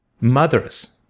Mothers